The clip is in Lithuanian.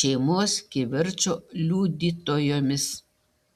šeimos kivirčo liudytojomis